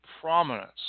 prominence